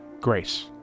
grace